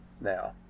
now